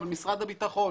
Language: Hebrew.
אבל משרד הביטחון,